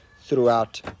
throughout